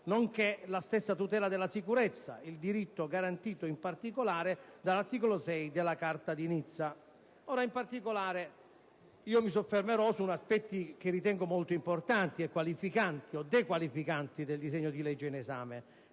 nonché della stessa tutela della sicurezza (il diritto garantito in particolare dall'articolo 6 della Carta di Nizza). Mi soffermerò su aspetti che ritengo molto importanti e qualificanti (o dequalificanti) del disegno di legge in esame,